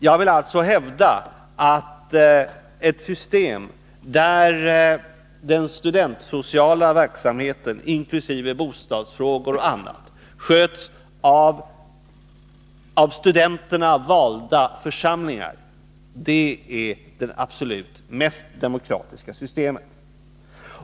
Jag vill alltså hävda att det system där den studentsociala verksamheten inkl. bostadsfrågor och annat sköts av de av studenterna valda församlingarna är det absolut mest demokratiska systemet.